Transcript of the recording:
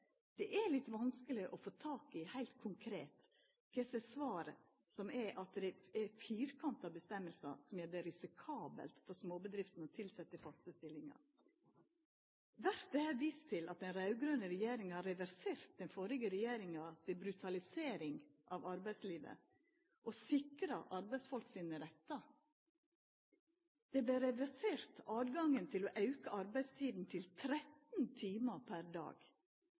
Det er litt vanskeleg å få tak i heilt konkret kva dei firkanta avgjerdene er som gjer det risikabelt for småbedrifter å tilsetje i faste stillingar. Vert det her vist til at den raud-grøne regjeringa har reversert den førre regjeringa si brutalisering av arbeidslivet og sikra arbeidsfolk sine rettar? Høve til å auka arbeidstida til 13 timer per dag